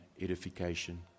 edification